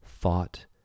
thought